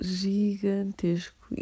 gigantesco